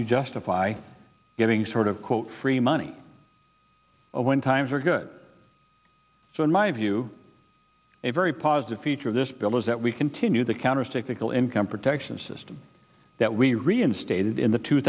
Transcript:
you justify giving sort of quote free money when times are good so in my view a very positive feature of this bill is that we continue the countercyclical income protection system that we reinstated in the two